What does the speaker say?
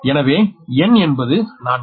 எனவே n என்பது 4